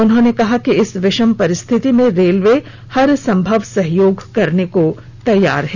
उन्होंने कहा इस विषम परिस्थिति में रेलवे हर संभव सहयोग करने को तैयार है